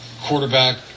quarterback